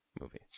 movie